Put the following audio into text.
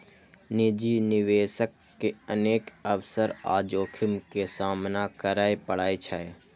निजी निवेशक के अनेक अवसर आ जोखिम के सामना करय पड़ै छै